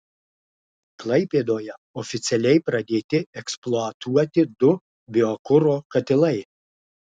klaipėdoje oficialiai pradėti eksploatuoti du biokuro katilai